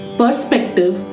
perspective